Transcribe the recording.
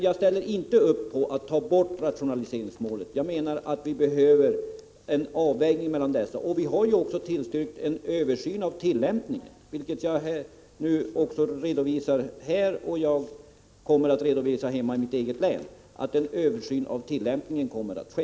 Jag ställer inte upp på att ta bort rationaliseringsmålet; vad som behövs är en avvägning mellan dessa olika mål. Vi har också tillstyrkt en översyn av tillämpningen, vilket jag redovisat här. Och jag kommer att redovisa hemma i mitt eget län att en översyn av tillämpningen kommer att ske.